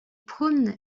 prône